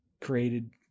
created